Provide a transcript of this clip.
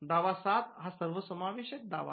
दावा ७ हा सर्वसमावेशक दावा आहे